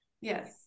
yes